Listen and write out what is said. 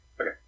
Okay